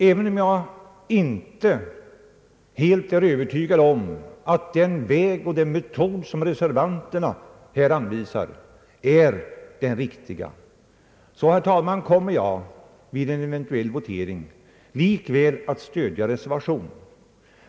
Även om jag inte helt är övertygad om att den väg som reservanterna här anvisar är den riktiga så kommer jag, herr talman, vid en eventuell votering likväl att stödja reservationen.